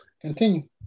Continue